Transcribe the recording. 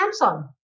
Samsung